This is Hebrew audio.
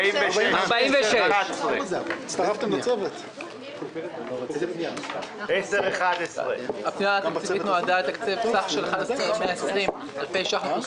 46. הפנייה התקציבית נועדה לתקצב סך של 11,120 אלפי ש"ח מפרסום